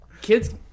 kids